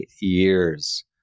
years